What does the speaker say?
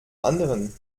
anderen